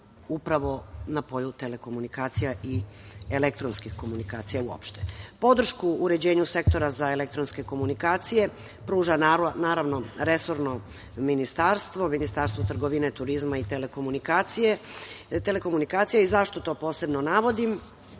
upravo na polju telekomunikacija i elektronskih komunikacija uopšte. Podršku uređenju sektora za elektronske komunikacije pruža naravno resorno ministarstvo, Ministarstvo trgovine, turizma i telekomunikacije.Zašto to posebno navodim?